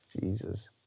Jesus